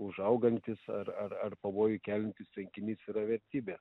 užaugantis ar ar pavojuje kelkis sakinys yra vertybė